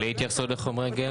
בלי התייחסות לחומרי גלם?